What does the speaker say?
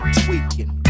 tweaking